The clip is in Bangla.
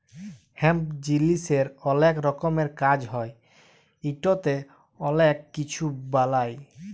হেম্প জিলিসের অলেক রকমের কাজ হ্যয় ইটতে অলেক কিছু বালাই